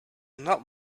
not